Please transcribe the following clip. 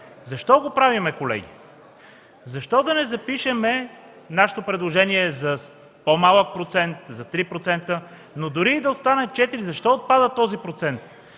Защо го правим, колеги? Защо да не запишем нашето предложение за по-малък процент – за 3%? Дори да останат 4, защо отпада този процент?